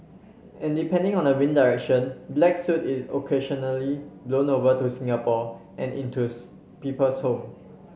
and depending on the wind direction black soot is occasionally blown over to Singapore and into people's home